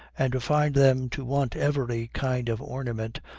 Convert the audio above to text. and find them to want every kind of ornament,